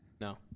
No